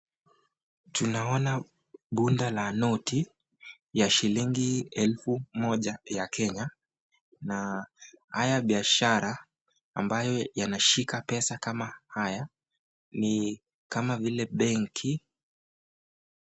Tunaona bunda la noti ya shilingi elfu moja ya Kenya na haya biashara ambayo yanashika pesa kama haya ni kama vile; benki.